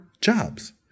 jobs